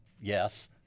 yes